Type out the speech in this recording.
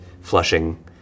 Flushing